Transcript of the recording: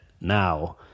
now